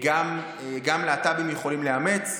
שגם להט"בים יכלים לאמץ,